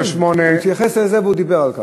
הוא התייחס לזה והוא דיבר על כך.